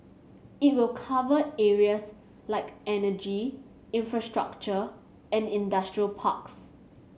it will cover areas like energy infrastructure and industrial parks